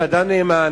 אתה אדם נאמן,